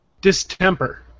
Distemper